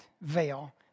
veil